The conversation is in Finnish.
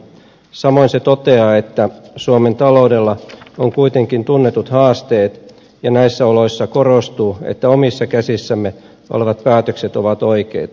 samoin se toteaa että suomen taloudella on kuitenkin tunnetut haasteet ja näissä oloissa korostuu että omissa käsissämme olevat päätökset ovat oikeita